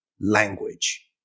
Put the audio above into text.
language